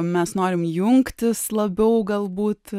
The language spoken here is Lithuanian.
mes norim jungtis labiau galbūt